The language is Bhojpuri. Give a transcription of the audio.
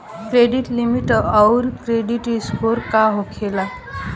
क्रेडिट लिमिट आउर क्रेडिट स्कोर का होखेला?